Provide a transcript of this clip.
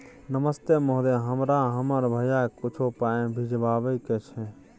नमस्ते महोदय, हमरा हमर भैया के कुछो पाई भिजवावे के छै?